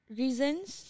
reasons